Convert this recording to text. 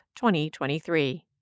2023